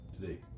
today